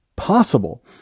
Possible